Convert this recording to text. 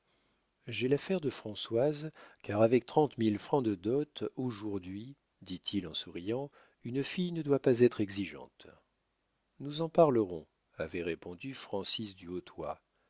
j'ai l'affaire de françoise car avec trente mille francs de dot aujourd'hui dit-il en souriant une fille ne doit pas être exigeante nous en parlerons avait répondu francis du hautoy